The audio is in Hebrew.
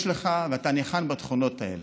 יש לך, אתה ניחן בתכונות האלה,